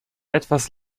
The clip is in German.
etwas